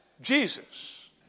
Jesus